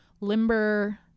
limber